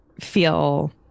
feel